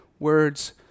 words